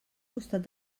costat